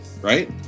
Right